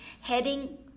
heading